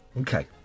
Okay